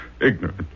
ignorant